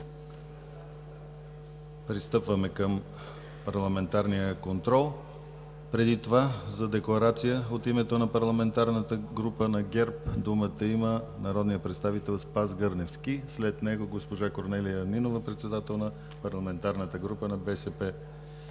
Пристъпваме към парламентарния контрол. Преди това за декларация от името на Парламентарната група на ГЕРБ думата има народният представител Спас Гърневски. След него е госпожа Корнелия Нинова – председател на Парламентарната група на БСП